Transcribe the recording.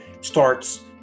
starts